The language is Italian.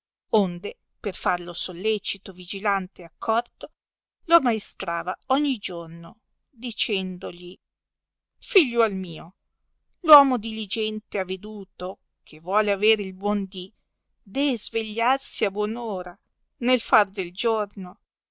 onde per farlo sollecito vigilante e accorto lo ammaestrava ogni giorno dicendogli figliuol mio l'uomo diligente e aveduto che vuole aver il buon di dee svegliarsi a buon ora nel far del giorno